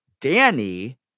Danny